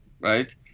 right